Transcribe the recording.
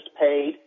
paid